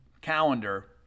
calendar